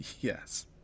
yes